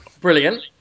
Brilliant